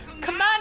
command